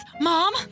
Mom